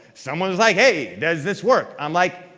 someone's like, hey, does this work? i'm like,